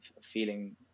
feeling